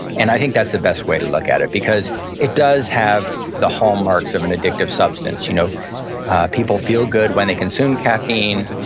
and i think that's the best way to look at it because it does have the hallmarks of an addictive substance. you know people feel good when they consume caffeine,